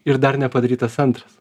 ir dar nepadarytas antras